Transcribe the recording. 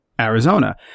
Arizona